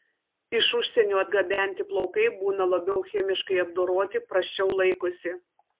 iš užsienio atgabenti plaukai būna labiau chemiškai apdoroti prasčiau laikosi